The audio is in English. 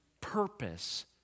purpose